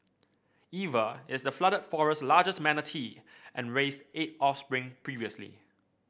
Eva is the Flooded Forest's largest manatee and raised eight offspring previously